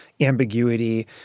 ambiguity